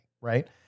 right